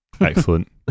Excellent